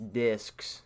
discs